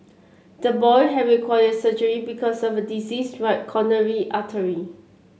the boy have required surgery because of a diseased right coronary artery